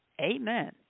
Amen